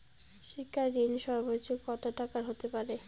শিক্ষা ঋণ সর্বোচ্চ কত টাকার হতে পারে?